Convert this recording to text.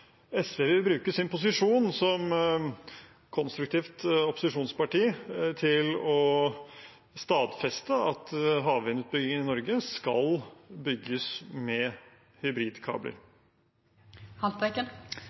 SV vil bruke sin posisjon som konstruktivt opposisjonsparti til å stadfeste at havvindutbyggingen i Norge skal bygges med